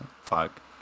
fuck